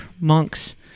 monks